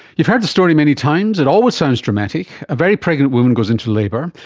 you've heard the story many times, it always sounds dramatic a very pregnant woman goes into labour,